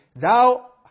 Thou